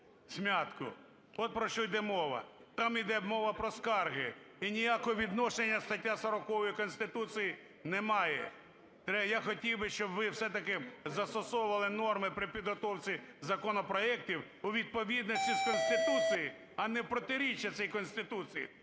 всмятку. От про що йде мова. Там йде мова про скарги, і ніякого відношення стаття 40 Конституції не має. Я хотів би, щоб ви все-таки застосовували норми при підготовці законопроектів у відповідності з Конституцією, а не в протиріччя цій Конституції.